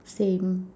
same